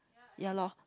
ya lor